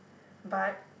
but